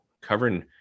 covering